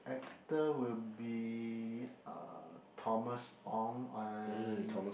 actor will be uh Thomas Ong and